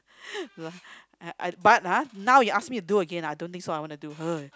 I I but ha now you ask me do Again I don't think so I wanna do ugh